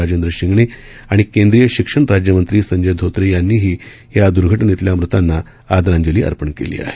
राजेंद्र शिंगणे आणि केंद्रीय शिक्षण राज्यमंत्री संजय धोत्रे यांनीही या दुर्घेटनेतल्या मृतांना श्रदधांजली अर्पण केली आहे